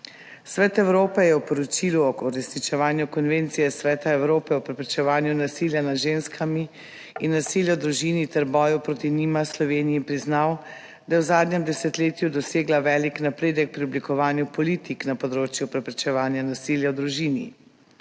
Svet Evrope je v poročilu o uresničevanju Konvencije Sveta Evrope o preprečevanju nasilja nad ženskami in nasilja v družini ter o boju proti njima Sloveniji priznal, da je v zadnjem desetletju dosegla velik napredek pri oblikovanju politik na področju preprečevanja nasilja v družini.